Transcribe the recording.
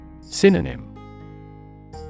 Synonym